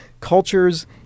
cultures